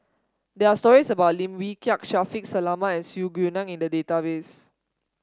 there are stories about Lim Wee Kiak Shaffiq Selamat and Su Guaning in the database